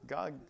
God